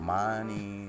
money